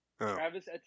Travis